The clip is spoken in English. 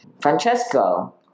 Francesco